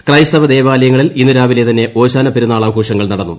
ക്രൈസ്തവ ദേവാലയങ്ങളിൽ ഇന്ന് രാവിലെ തന്നെ ഓശാന പെരുന്നാൾ ആഘോഷങ്ങൾ നടന്നു